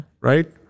Right